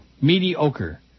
Mediocre